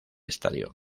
estadio